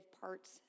parts